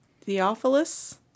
Theophilus